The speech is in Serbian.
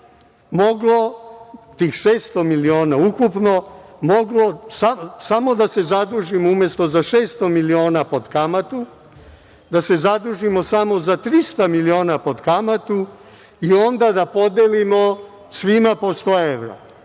moglo, tih 600 miliona ukupno, samo da se zadužimo umesto za 600 miliona pod kamatu, da se zadužimo za 300 miliona pod kamatu i onda da podelimo svima po 100